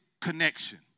connection